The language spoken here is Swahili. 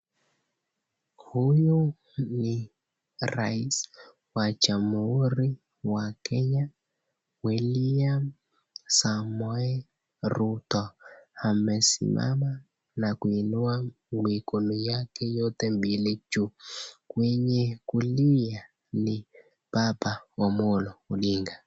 Huyu ni rais wa jamhuri ya Kenya William Rutto amesimama na kuinua mikono yake yote mbili juu. Kwenye kulia ni baba Omollo Odinga.